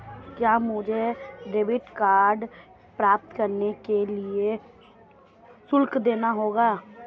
क्या मुझे debit card प्राप्त करने के लिए शुल्क देना होगा?